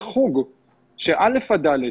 לא ניתן לקיים חוג לילדים מכיתה א' עד ד',